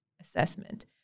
assessment